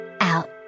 out